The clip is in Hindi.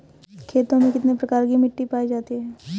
खेतों में कितने प्रकार की मिटी पायी जाती हैं?